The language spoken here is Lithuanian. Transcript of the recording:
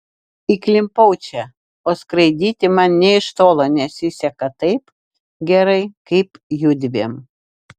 įklimpau čia o skraidyti man nė iš tolo nesiseka taip gerai kaip judviem